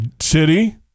City